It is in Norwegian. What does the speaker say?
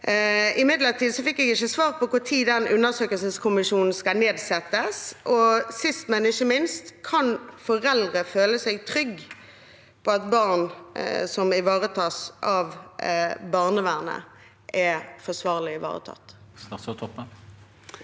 imidlertid ikke svar på når den undersøkelseskommisjonen skal nedsettes. Og sist, men ikke minst: Kan foreldre føle seg trygge på at barn som er under barnevernet, er forsvarlig ivaretatt?